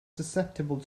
susceptible